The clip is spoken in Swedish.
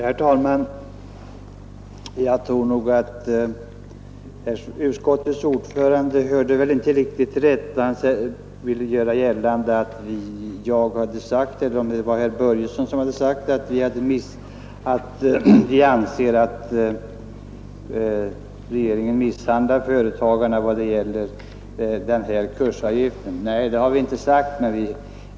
Herr talman! Jag tror att utskottets ordförande inte hörde riktigt rätt, när han ville göra gällande att jag — eller om det var herr Börjesson i Glömminge — sagt att vi anser att regeringen misshandlar företagarna vad gäller denna kursavgift. Nej, det har vi inte sagt.